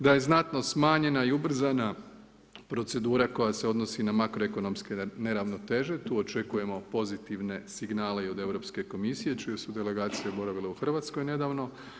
Da je znatno smanjena i ubrzana procedura koja se odnosi na makroekonomske neravnoteže, tu očekujemo pozitivne signale i od Europske komisije čije su delegacije boravile u Hrvatskoj nedavno.